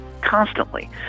constantly